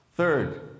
Third